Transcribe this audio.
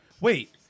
wait